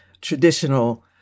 traditional